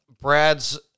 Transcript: Brad's